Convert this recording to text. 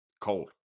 Cold